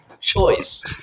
choice